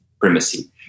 primacy